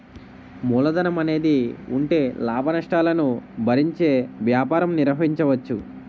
మూలధనం అనేది ఉంటే లాభనష్టాలను భరించే వ్యాపారం నిర్వహించవచ్చు